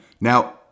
Now